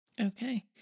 Okay